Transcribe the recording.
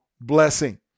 blessing